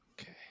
Okay